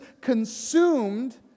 consumed